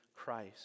Christ